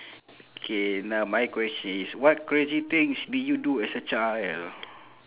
K now my question is what crazy things did you do as a child